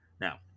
Now